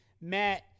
Matt